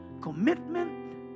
Commitment